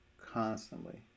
constantly